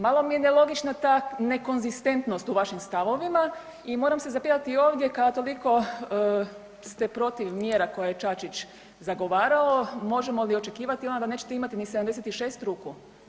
Malo mi je nelogična ta nekonzistentnost u vašim stavovima i moram se zapitati i ovdje kada toliko ste protiv mjera koje je Čačić zagovarao, možemo li očekivati onda da nećete imati onda ni 76 ruku?